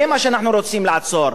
זה מה שאנחנו רוצים לעצור.